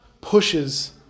pushes